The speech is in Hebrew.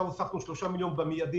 ועכשיו הוספנו שלושה מיליון במיידי,